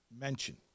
mention